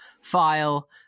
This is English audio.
file